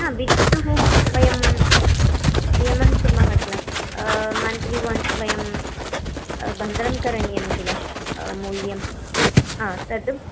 हा विद्युत् वयं व्ययं कुर्मः किल मन्त्लि वन्स् वयं वन्दनं करणीयं किल मूल्यं हा तद्